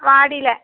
மாடியில்